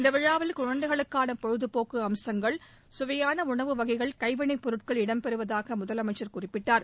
இந்த விழாவில் குழந்தைகளுக்கான பொழுதுபோக்கு அம்சங்கள் சுவையான உணவுவகைகள் கைவினைபொருட்கள் இடம்பெறுவதாக முதலனமச்சர் குறிப்பிட்டார்